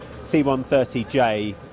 C-130J